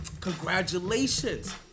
Congratulations